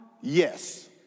yes